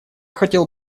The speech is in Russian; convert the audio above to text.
хотел